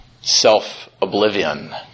self-oblivion